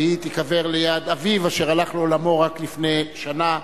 והיא תיקבר ליד אביו, שהלך לעולמו רק לפני שנה.